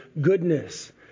goodness